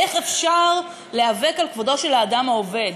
איך אפשר להיאבק על כבודו של האדם העובד?